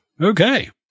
Okay